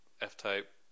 f-type